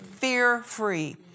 Fear-free